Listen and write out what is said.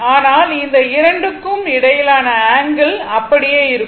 ஆனால் இந்த இரண்டுக்கும் இடையிலான ஆங்கிள் அப்படியே இருக்கும்